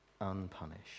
unpunished